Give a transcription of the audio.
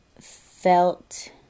felt